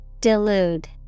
Delude